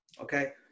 Okay